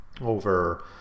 over